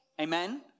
amen